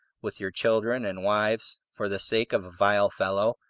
with your children and wives, for the sake of a vile fellow,